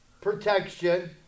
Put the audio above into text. protection